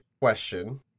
question